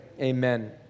Amen